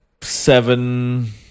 Seven